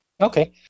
okay